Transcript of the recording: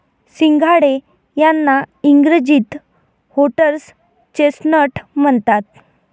सिंघाडे यांना इंग्रजीत व्होटर्स चेस्टनट म्हणतात